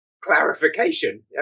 clarification